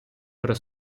при